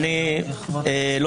עולז ומשפיל את משרת הציבור שבא לעשות